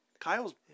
Kyle's